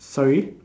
sorry